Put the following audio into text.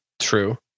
true